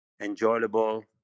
enjoyable